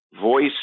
Voice